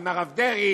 עם הרב דרעי,